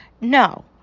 no